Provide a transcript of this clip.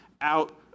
out